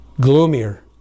gloomier